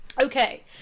okay